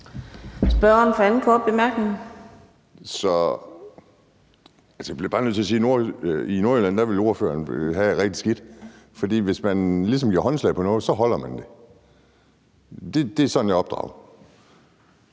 Kim Edberg Andersen (NB): Jeg bliver bare nødt til at sige, at i Nordjylland ville ordføreren have det rigtig skidt, for hvis man ligesom giver håndslag på noget, holder man det. Det er sådan, jeg er opdraget.